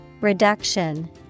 Reduction